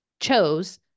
chose